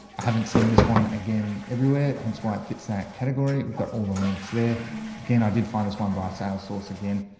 i haven't seen this one again everywhere hence, why it fits that category. we've got all the links there again. i did find this one by sale source again